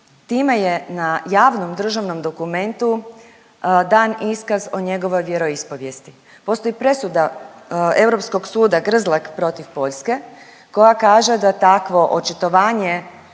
time je na javnom državnom dokumentu dan iskaz o njegovoj vjeroispovijesti, postoji presuda Europskog suda Grzlek protiv Poljske koja kaže da takvo očitovanje